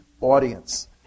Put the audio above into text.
audience